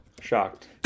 shocked